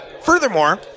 furthermore